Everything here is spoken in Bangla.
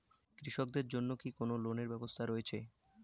কৃষকদের জন্য কি কি লোনের ব্যবস্থা রয়েছে?